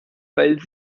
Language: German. weil